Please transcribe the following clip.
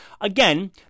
Again